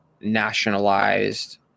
nationalized